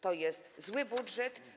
To jest zły budżet.